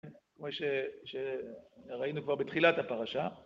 כמו שראינו כבר בתחילת הפרשה